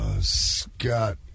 Scott